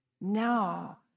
now